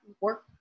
work